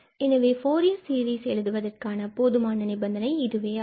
எனவே Fourier series எழுதுவதற்கான போதுமான நிபந்தனை இதுவே ஆகும்